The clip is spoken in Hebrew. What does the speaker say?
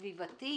סביבתי